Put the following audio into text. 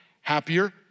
happier